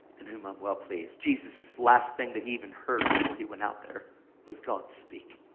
in whom i'm well pleased. jesus' last thing that he even heard before he went out there was god speak.